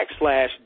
backslash